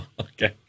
Okay